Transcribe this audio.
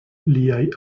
liaj